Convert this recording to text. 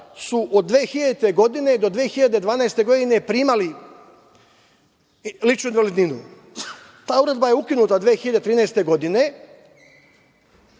su od 2000. godine do 2012. godine primali ličnu invalidninu. Ta odredba je ukinuta 2013. godine,